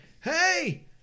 Hey